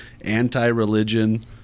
anti-religion